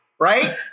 Right